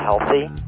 healthy